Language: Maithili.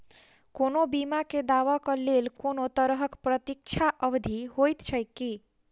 कोनो बीमा केँ दावाक लेल कोनों तरहक प्रतीक्षा अवधि होइत छैक की?